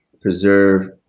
preserve